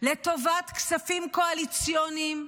לטובת כספים קואליציוניים,